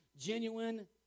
genuine